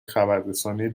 خبررسانی